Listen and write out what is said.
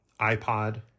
iPod